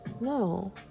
No